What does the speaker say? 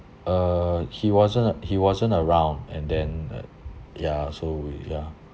uh he wasn't he wasn't around and then uh ya so we ya